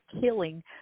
killing